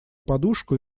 подушку